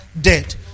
dead